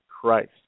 Christ